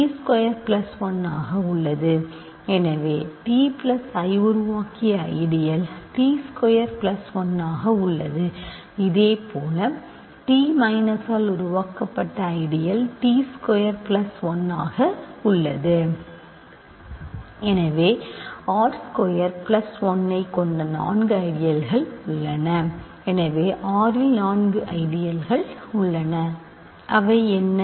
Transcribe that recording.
ஆகவே t plus i உருவாக்கிய ideal t square plus 1 ஆக உள்ளது இதேபோல்t மைனஸால் உருவாக்கப்பட்ட ஐடியல் t ஸ்கொயர் பிளஸ் 1 ஆக உள்ளது எனவே r ஸ்கொயர் பிளஸ் 1 ஐக் கொண்ட நான்கு ஐடியல்கள் உள்ளன எனவே R இல் நான்கு ஐடியல்கள் உள்ளன அவை என்ன